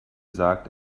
sagt